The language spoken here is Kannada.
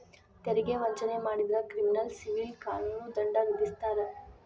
ತೆರಿಗೆ ವಂಚನೆ ಮಾಡಿದ್ರ ಕ್ರಿಮಿನಲ್ ಸಿವಿಲ್ ಕಾನೂನು ದಂಡ ವಿಧಿಸ್ತಾರ